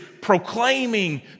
proclaiming